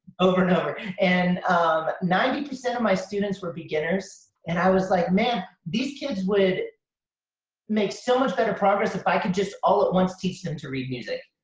over and over. and ninety percent of my students were beginners and i was like man, these kids would make so much better progress if i could just all at once teach them to read music.